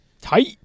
Tight